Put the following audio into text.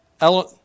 Ellen